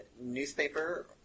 newspaper